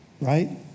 Right